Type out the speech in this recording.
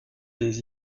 des